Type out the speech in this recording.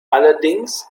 allerdings